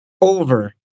over